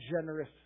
generous